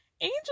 Angel